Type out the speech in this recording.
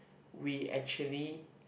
we actually